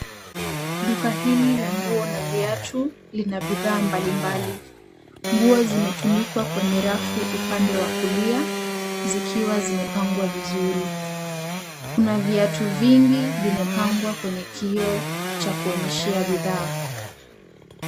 Duka hili la nguo na viatu lina bidhaa mbalimbali. Nguo zimetandikwa kwenye rafu upande wa kulia zikiwa zimepangwa vizuri. Kuna viatu vingi vimepangwa kwenye kioo cha kuonyeshea bidhaa.